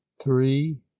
three